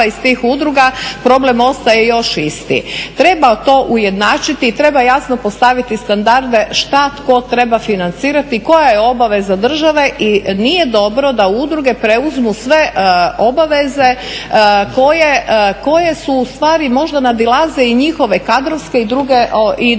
iz tih udruga problem ostaje još isti. Treba to ujednačiti i treba jasno postaviti standarde šta tko treba financirati i koja je obaveza države i nije dobro da udruge preuzmu sve obaveze koje ustvari možda nadilaze i njihove kadrovske i druge